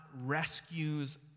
rescues